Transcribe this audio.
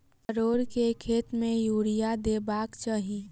परोर केँ खेत मे यूरिया देबाक चही?